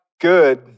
good